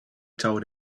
told